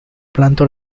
planta